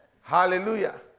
Hallelujah